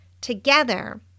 together